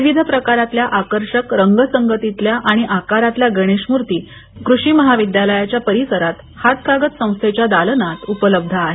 विविध प्रकारातल्या आकर्षक रंगसंगतीतल्या आणि आकारातल्या गणेशमूर्ती क्रषीमहाविद्यालयाच्या परिसरातील हातकागद संस्थेच्या दालनात उपलब्ध आहेत